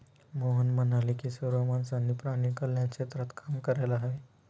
मोहन म्हणाले की सर्व माणसांनी प्राणी कल्याण क्षेत्रात काम करायला हवे